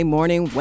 Morning